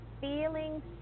feeling